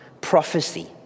prophecy